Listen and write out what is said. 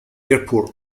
airport